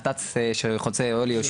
אני מדבר על הנת"צ שחוצה את רחובות אוהל יהושע,